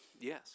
Yes